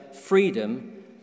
freedom